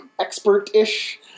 expert-ish